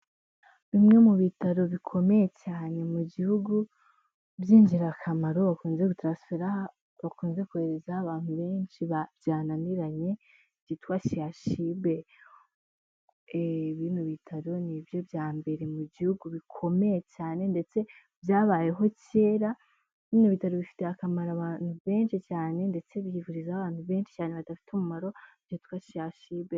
Bimwe mu bitaro bikomeye cyane mu bihugu by'ingirakamaro, bakunze kohereza abantu benshi byananiranye byitwa CHUB. Bino bitaro ni nibyo bya mbere mu bi bikomeye cyane ndetse byabayeho kera, bino bitaro bifitiye akamaro abantu benshi cyane ndetse byifurizaho abantu benshi cyane badafite umumaro byitwa CHUB.